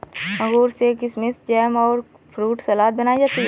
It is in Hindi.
अंगूर से किशमिस जैम और फ्रूट सलाद बनाई जाती है